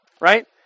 right